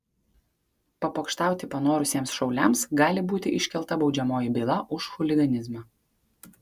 papokštauti panorusiems šauliams gali būti iškelta baudžiamoji byla už chuliganizmą